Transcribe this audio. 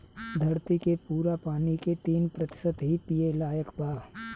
धरती के पूरा पानी के तीन प्रतिशत ही पिए लायक बा